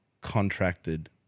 contracted